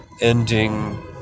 ending